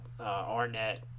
Arnett